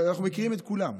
אנחנו מכירים את כולם,